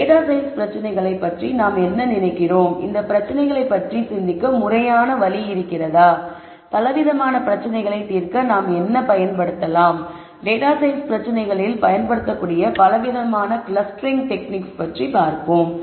இந்த data science பிரச்சினைகளை பற்றி நாம் என்ன நினைக்கிறோம் இந்த பிரச்சினைகளை பற்றி சிந்திக்க முறையான வழி இருக்கிறதா பலவிதமான பிரச்சினைகளை தீர்க்க நாம் என்ன பயன்படுத்தலாம் டேட்டா சயின்ஸ் பிரச்சினைகளில் பயன்படுத்தக்கூடிய பலவிதமான கிளஸ்டரிங் டெக்னிக்ஸ் பற்றி பார்ப்போம்